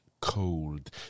cold